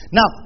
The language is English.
Now